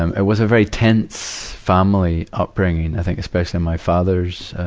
um, it was a very tense family upbringing, i think especially on my father's, ah,